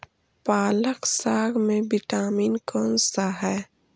पालक साग में विटामिन कौन सा है?